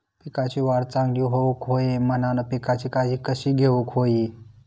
पिकाची वाढ चांगली होऊक होई म्हणान पिकाची काळजी कशी घेऊक होई?